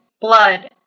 blood